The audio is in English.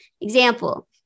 Example